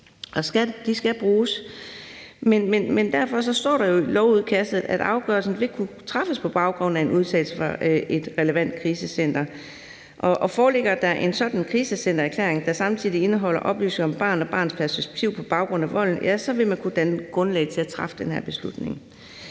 De skal bruges. Men derfor står der jo i lovudkastet, at afgørelsen vil kunne træffes på baggrund af en udtalelse fra et relevant krisecenter. »Foreligger der en sådan krisecentererklæring, der samtidigt indeholder oplysninger om barnet og barnets perspektiv på baggrund af volden«, så vil man kunne danne grundlag for at træffe den her beslutning.